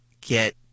get